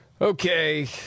Okay